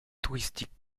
touristiques